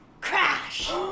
crash